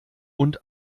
und